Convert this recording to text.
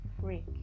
freak